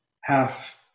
half